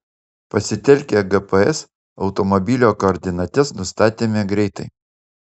pasitelkę gps automobilio koordinates nustatėme greitai